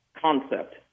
concept